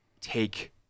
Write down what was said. take